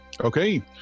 okay